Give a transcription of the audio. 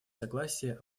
согласия